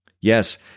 Yes